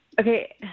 Okay